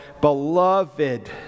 beloved